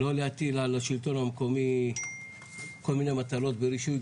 לא להטיל על השלטון המקומי כל מיני מטלות ברישוי.